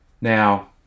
Now